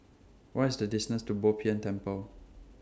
What IS The distance to Bo Tien Temple